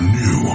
new